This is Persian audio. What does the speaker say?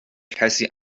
کسی